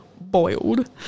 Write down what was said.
boiled